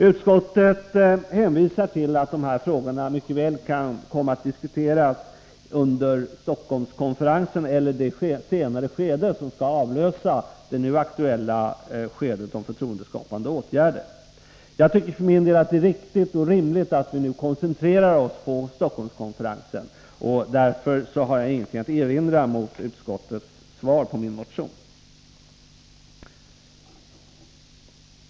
Utskottet hänvisar till att de här frågorna mycket väl kan komma att diskuteras under Stockholmskonferensen eller i det senare skedet av de nu aktuella förhandlingarna om förtroendeskapande åtgärder. Jag tycker för min del att det är riktigt och rimligt att vi koncentrerar oss på Stockholmskonferensen. Därför har jag ingenting att erinra mot utskottets behandling av min motion.